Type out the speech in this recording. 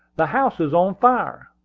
the house is on fire!